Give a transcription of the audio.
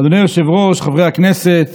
אדוני היושב-ראש, חברי הכנסת,